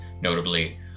notably